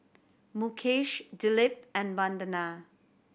Mukesh Dilip and Vandana